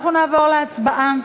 אנחנו נעבור להצבעה.